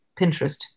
Pinterest